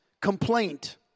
complaint